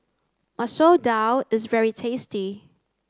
Masoor Dal is very tasty